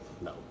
No